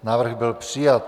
Návrh byl přijat.